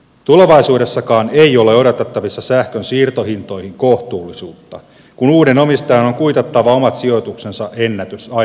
tulevaisuudessakaan ei ole odotettavissa sähkön siirtohintoihin kohtuullisuutta kun uuden omistajan on kuitattava omat sijoituksensa ennätysajassa